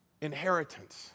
inheritance